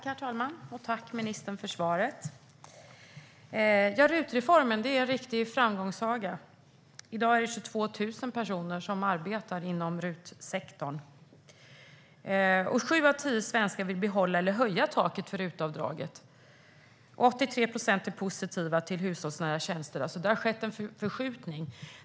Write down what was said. Herr talman! Jag tackar ministern för svaret. RUT-reformen är en riktig framgångssaga. I dag är det 22 000 personer som arbetar inom RUT-sektorn. Och sju av tio svenskar vill behålla eller höja taket för RUT-avdraget. 83 procent är positiva till hushållsnära tjänster. Det har alltså skett en förskjutning.